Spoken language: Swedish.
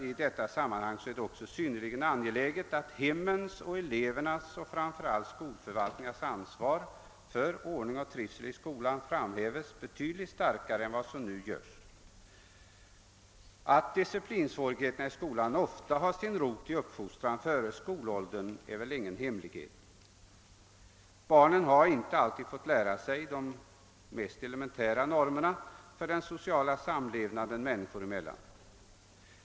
I detta sammanhang är det synnerligen angeläget att hemmens och elevernas samt framför allt skolförvaltningarnas ansvar för ordning och trivsel i skolan framhävs betydligt starkare än nu. Att disciplinsvårigheterna i skolan ofta har sin rot i uppfostran före skolåldern är väl ingen hemlighet. Barnen har inte alltid fått lära sig de mest elementära normerna för den sociala samlevnaden människor emellan.